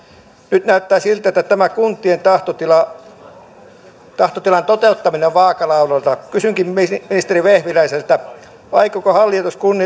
nyt näyttää siltä että tämä kuntien tahtotilan toteuttaminen on vaakalaudalla kysynkin ministeri vehviläiseltä aikooko hallitus kunnioittaa kuntien